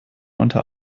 unter